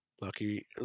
Lucky